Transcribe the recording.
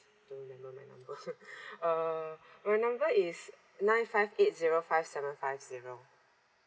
don't remember my number err my number is nine five eight zero five seven five zero